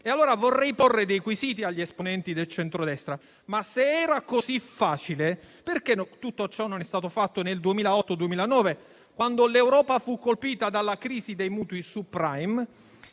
Vorrei porre allora dei quesiti agli esponenti del centrodestra. Se era così facile, perché tutto ciò non è stato fatto nel 2008-2009, quando l'Europa fu colpita dalla crisi dei mutui *subprime*?